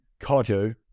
cardio